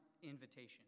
invitation